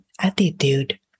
attitude